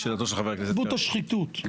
תרבות השחיתות.